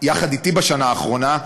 יחד אתי בשנה האחרונה,